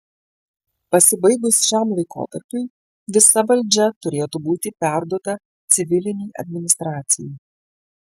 pasibaigus šiam laikotarpiui visa valdžia turėtų būti perduota civilinei administracijai